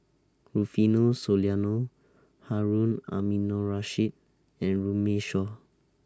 Rufino Soliano Harun Aminurrashid and Runme Shaw